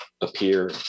appear